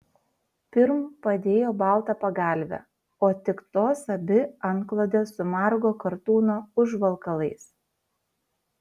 pirm padėjo baltą pagalvę o tik tos abi antklodes su margo kartūno užvalkalais